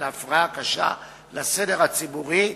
ההפרעה הקשה לסדר הציבורי,